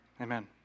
amen